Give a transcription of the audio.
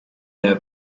her